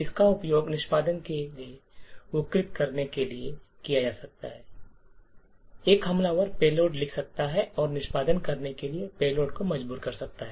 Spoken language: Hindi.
इसका उपयोग निष्पादन को विकृत करने के लिए किया जा सकता है और एक हमलावर पेलोड लिख सकता है और निष्पादित करने के लिए पेलोड को मजबूर कर सकता है